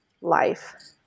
life